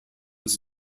was